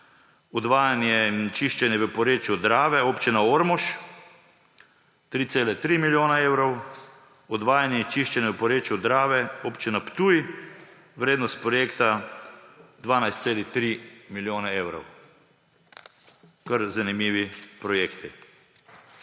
odvajanje in čiščenje v porečju Drave, Občina Ormož, 3,3 milijona evrov, odvajanje in čiščenje v porečju Drave, Občina Ptuj, vrednost projekta 12,3 milijona evrov. Kar zanimivi projekti.